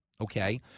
Okay